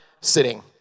sitting